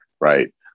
right